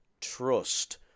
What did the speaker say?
trust